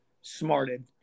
smarted